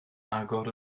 agor